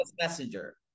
messenger